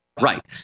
Right